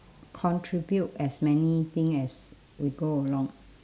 contribute as many thing as we go along